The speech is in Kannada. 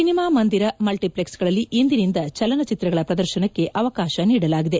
ಸಿನಿಮಾ ಮಂದಿರ ಮಲ್ವಿಪ್ಲೆಕ್ಸ್ಗಳಲ್ಲಿ ಇಂದಿನಿಂದ ಚಲನಚಿತ್ರಗಳ ಪ್ರದರ್ಶನಕ್ಕೆ ಅವಕಾಶ ನೀಡಲಾಗಿದೆ